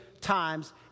times